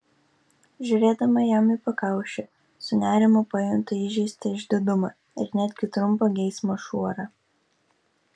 žiūrėdama jam į pakaušį su nerimu pajuntu įžeistą išdidumą ir netgi trumpą geismo šuorą